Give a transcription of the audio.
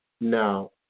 Now